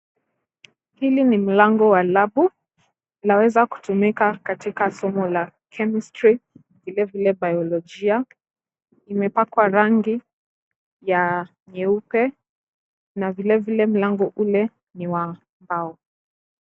Huu ni mlango wa labu . Linaweza kutumika kwenye somo la Chemistry vilevile ya Biolojia, limepakwa rangi nyeupe na vilevile mlango ule ni wa mbao.